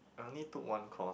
I only took one course